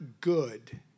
good